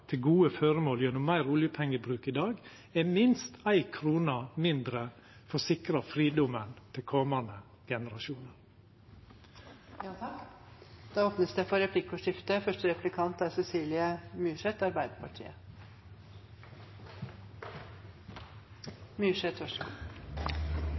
til gode føremål gjennom meir oljepengebruk i dag, er minst ei krone mindre for å sikra fridomen til komande generasjonar. Det blir replikkordskifte. Det